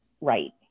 right